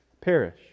perish